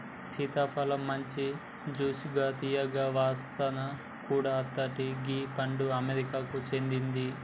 సీతాఫలమ్ మంచి జ్యూసిగా తీయగా వాసన కూడా అత్తది గీ పండు అమెరికాకు సేందింది